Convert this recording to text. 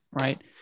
right